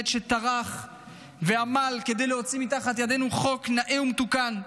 שטרח ועמל כדי להוציא מתחת ידינו חוק נאה ומתוקן,